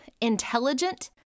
intelligent